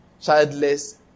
childless